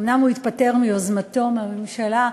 אומנם הוא התפטר מיוזמתו מהממשלה,